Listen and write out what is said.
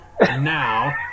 now